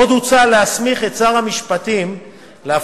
עוד הוצע להסמיך את שר המשפטים להפוך